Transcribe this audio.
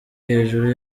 hejuru